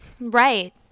Right